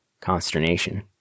consternation